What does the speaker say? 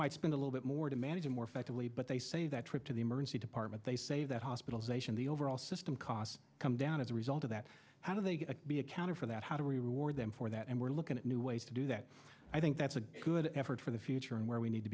might spend a little bit more to manage it more effectively but they say that trip to the emergency department they say that hospitalization the overall system costs come down as a result of that how do they get to be accounted for that how do we reward them for that and we're looking at new ways to do that i think that's a good effort for the future and where we need to